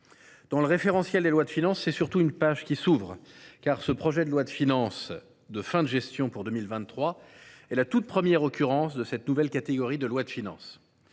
Dans le référentiel des lois de finances, c’est surtout une page qui s’ouvre. Car ce projet de loi de finances de fin de gestion pour 2023 est la toute première occurrence de cette nouvelle catégorie de loi de finances.